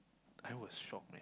I was shocked right